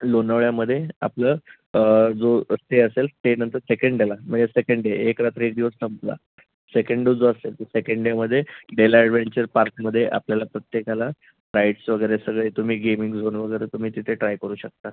लोणावळ्यामध्ये आपलं जो स्टे असेल ते नंतर सेकेंड डेला म्हणजे सेकंड डे एक रात्र एक दिवस संपला सेकंड डे जो असेल तो सेकंड डेमध्ये डेला ॲडव्हेंचर पार्कमध्ये आपल्याला प्रत्येकाला राईड्स वगैरे सगळे तुम्ही गेमिंग झोन वगैरे तुम्ही तिथे ट्राय करू शकता